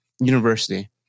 University